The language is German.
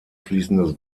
fließendes